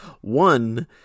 One